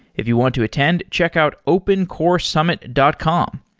if you want to attend, check out opencoresummit dot com.